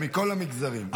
זה לכל המגזרים, אין אפליה.